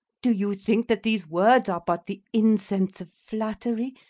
do you think that these words are but the incense of flattery?